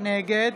נגד